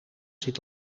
zit